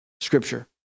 scripture